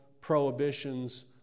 prohibitions